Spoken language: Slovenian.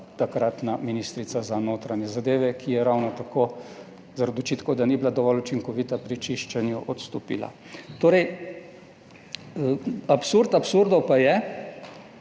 takratna ministrica za notranje zadeve, ki je ravno tako zaradi očitkov, da ni bila dovolj učinkovita pri čiščenju, odstopila. Torej absurd absurdov pa je,